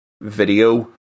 video